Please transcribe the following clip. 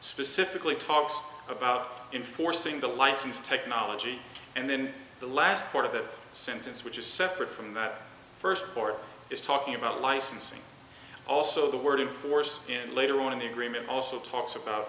specifically talks about enforcing the license technology and then the last part of the sentence which is separate from the first part is talking about licensing also the word of course and later on in the agreement also talks about